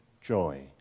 joy